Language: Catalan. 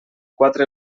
quatre